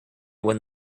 when